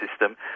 system